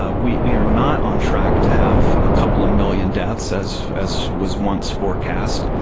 ah we we are not on track to have a couple of million deaths as as was once forecast.